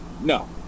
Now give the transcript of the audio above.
No